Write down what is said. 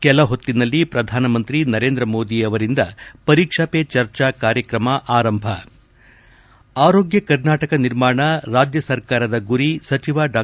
ಕೆಲ ಹೊತ್ತಿನಲ್ಲಿ ಪ್ರಧಾನ ಮಂತ್ರಿ ನರೇಂದ್ರ ಮೋದಿ ಅವರಿಂದ ಪರೀಕ್ಷಾ ಪೇ ಚರ್ಚಾ ಕಾರ್ಯಕ್ರಮ ಆರಂಭ ಆರೋಗ್ಯ ಕರ್ನಾಟಕ ನಿರ್ಮಾಣ ರಾಜ್ಯ ಸರ್ಕಾರದ ಗುರಿ ಸಚಿವ ಡಾ